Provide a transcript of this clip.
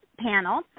panel